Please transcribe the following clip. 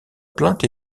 plainte